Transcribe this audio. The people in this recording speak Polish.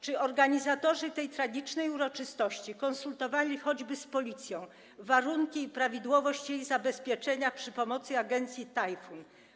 Czy organizatorzy tej tragicznej uroczystości konsultowali choćby z Policją warunki i prawidłowość jej zabezpieczenia przy pomocy agencji Tajfun?